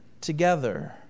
together